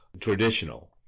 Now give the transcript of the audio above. traditional